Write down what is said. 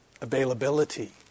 availability